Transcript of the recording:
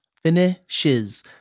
finishes